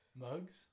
mugs